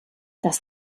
das